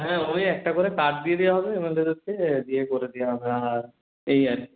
হ্যাঁ ওই একটা করে কার্ড দিয়ে দেওয়া হবে এম এল এদেরকে দিয়ে করে দেওয়া হবে আর এই আর কি